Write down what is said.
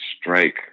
strike